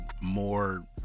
more